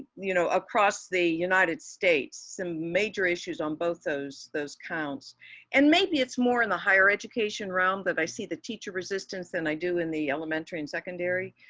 you know, across the united states. some major issues on both those those counts and maybe it's more in the higher education round that i see the teacher resistance and i do in the elementary and secondary